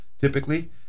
typically